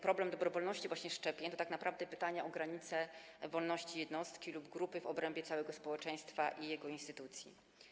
Problem dobrowolności szczepień to tak naprawdę pytanie o granice wolności jednostki lub grupy w obrębie społeczeństwa i jego instytucji.